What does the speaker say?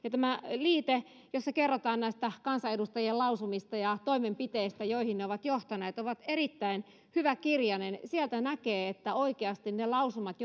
tämä liite jossa kerrotaan näistä kansanedustajien lausumista ja toimenpiteistä joihin ne ovat johtaneet on erittäin hyvä kirjanen sieltä näkee että oikeasti ne lausumat